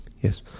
Yes